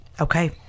Okay